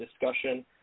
discussion